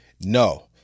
No